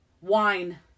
Wine